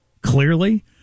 Clearly